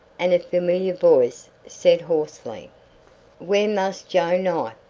and a familiar voice said hoarsely where mass joe knife,